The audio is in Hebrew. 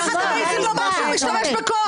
--- איך אתם מעיזים לומר שהוא משתמש בכוח?